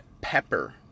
pepper